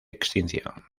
extinción